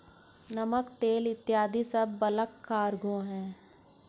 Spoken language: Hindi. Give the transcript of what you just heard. नमक, तेल इत्यादी सब बल्क कार्गो हैं